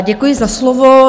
Děkuji za slovo.